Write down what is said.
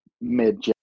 mid